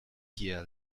year